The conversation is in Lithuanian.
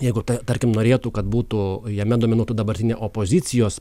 jeigu tarkim norėtų kad būtų jame dominuotų dabartinė opozicijos